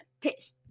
Peace